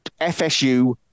FSU